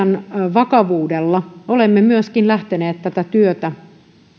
vakavuudella olemme myöskin lähteneet tätä työtä